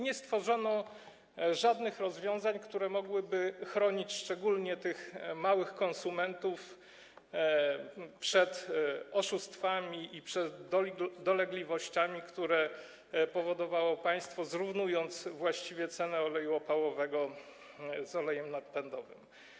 Nie stworzono żadnych rozwiązań, które mogłyby chronić szczególnie tych małych konsumentów przed oszustwami i dolegliwościami, które spowodowało państwo, zrównując właściwie cenę oleju opałowego z olejem napędowym.